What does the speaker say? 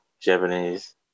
Japanese